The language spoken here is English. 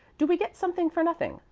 do we get something for nothing.